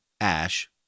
ash